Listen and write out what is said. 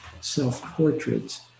self-portraits